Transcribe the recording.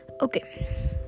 okay